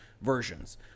versions